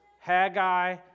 Haggai